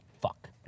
Fuck